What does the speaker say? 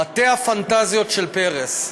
"מטה הפנטזיות של פרס".